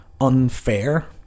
unfair